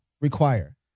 require